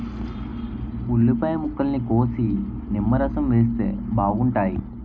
ఉల్లిపాయ ముక్కల్ని కోసి నిమ్మరసం వేస్తే బాగుంటాయి